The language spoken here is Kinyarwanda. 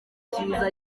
cyiza